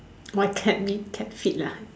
white cat meat cat feet lah